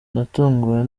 natunguwe